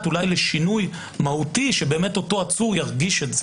לשינוי מהותי שאותו עצור ירגיש את זה.